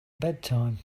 bedtime